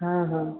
हाँ हाँ